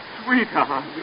Sweetheart